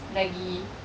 lagi